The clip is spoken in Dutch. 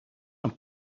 een